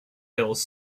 hills